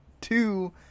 two